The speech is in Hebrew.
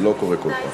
זה לא קורה כל פעם.